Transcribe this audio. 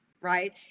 right